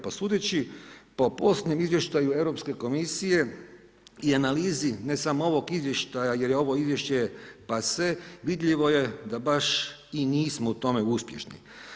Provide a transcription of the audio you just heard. Pa sudeći po posljednjem izvještaju Europske komisije i analizi ne samo ovog izvještaja jer je ovo izvješće pase, vidljivo je da baš i nismo u tome uspješni.